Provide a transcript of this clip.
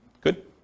Good